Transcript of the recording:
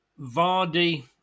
Vardy